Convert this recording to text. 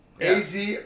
AZ